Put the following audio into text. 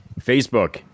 Facebook